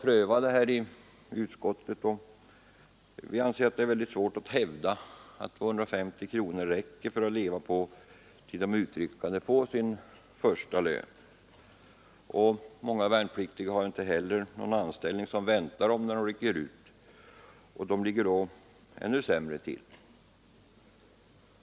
Utskottet har prövat detta förslag och anser det svårt att hävda att 250 kronor räcker att leva på tills de utryckta fått sin första lön. Många värnpliktiga har inte heller någon anställning, som väntar dem när de rycker ut. De ligger då ännu sämre till.